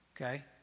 Okay